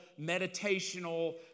meditational